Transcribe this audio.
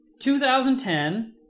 2010